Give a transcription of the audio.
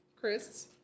Chris